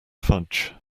fudge